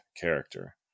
character